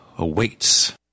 awaits